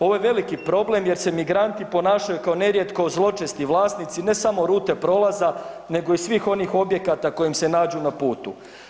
Ovo je veliki problem jer se migranti ponašaju kao nerijetko zločesti vlasnici ne samo rute prolaza nego i svih onih objekata koji im se nađu na putu.